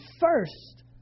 first